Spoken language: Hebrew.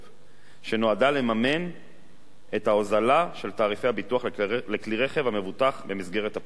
שנועדה לממן את הוזלת תעריפי הביטוח לכלי רכב המבוטח במסגרת "הפול" קרי,